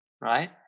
right